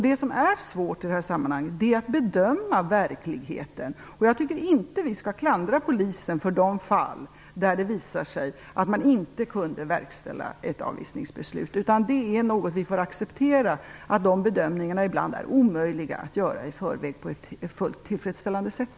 Det som är svårt är att bedöma verkligheten. Jag tycker inte att vi skall klandra polisen för de fall där det visar sig att man inte kunde verkställa ett avvisningsbeslut. Vi får acceptera att de bedömningarna ibland är omöjliga att göra i förväg på ett fullt tillfredsställande sätt.